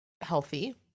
healthy